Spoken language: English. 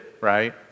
right